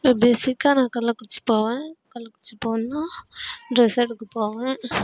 இப்போ பேஸிக்காக நான் கள்ளக்குறிச்சி போவேன் கள்ளக்குறிச்சி போனேன்னால் ட்ரெஸ் எடுக்க போவேன்